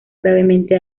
gravemente